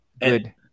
good